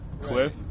Cliff